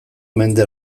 mende